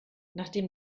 nachdem